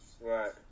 Right